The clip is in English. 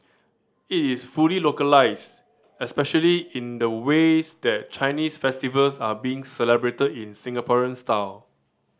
it is fully localised especially in the ways that Chinese festivals are being celebrated in Singaporean style